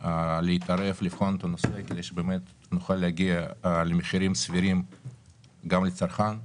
להתערב ולבחון את הנושא כדי שנוכל להגיע למחירים סבירים גם לצרכן.